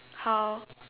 how